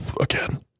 again